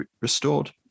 restored